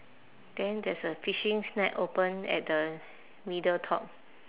then there's a fishing snack open at the middle top